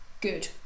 good